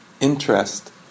interest